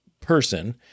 person